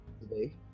today